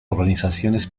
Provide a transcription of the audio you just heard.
organizaciones